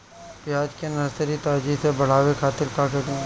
प्याज के नर्सरी तेजी से बढ़ावे के खातिर का करी?